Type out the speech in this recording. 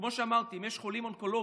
כמו שאמרתי, אם יש חולים אונקולוגיים,